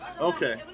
Okay